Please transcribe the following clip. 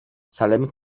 salem